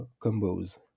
combos